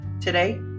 Today